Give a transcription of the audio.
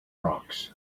rocks